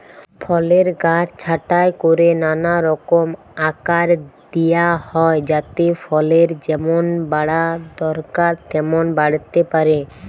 ফলের গাছ ছাঁটাই কোরে নানা রকম আকার দিয়া হয় যাতে ফলের যেমন বাড়া দরকার তেমন বাড়তে পারে